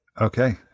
Okay